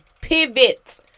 pivot